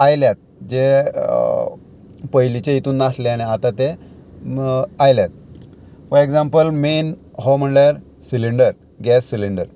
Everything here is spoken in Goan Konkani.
आयल्यात जे पयलींच्या हितून नासले आनी आतां ते आयल्यात फॉर एग्जाम्पल मेन हो म्हणल्यार सिलींडर गॅस सिलींडर